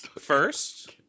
first